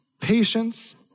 patience